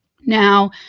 Now